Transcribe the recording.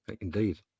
indeed